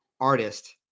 artist